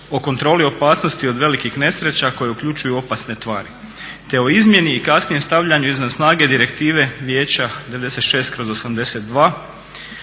o kontroli opasnosti od velikih nesreća koji uključuju opasne tvari, te o izmjeni i kasnije stavljanju izvan snage Direktive Vijeća 96/82.